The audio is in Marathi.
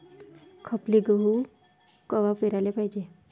खपली गहू कवा पेराले पायजे?